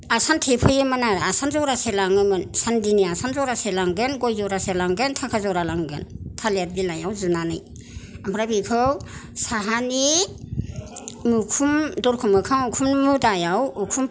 आसान थेबहैयोमोन आरो आसान जरासे लाङोमोन सान्दिनि आसान जरासे लांगोन गय जरासे लांगोन थाखा जरा लांगोन थालिर बिलाइयाव जुनानै ओमफ्राय बेखौ साहानि उखुम दरखं मोखां उखुम मुदायाव उखुम